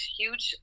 huge